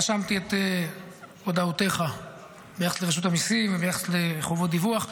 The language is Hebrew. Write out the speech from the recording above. רשמתי את הודעותיך ביחס לרשות המיסים וביחס לחובות דיווח.